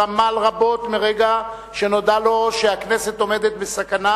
אשר עמל רבות מרגע שנודע לו שהכנסת עומדת בסכנה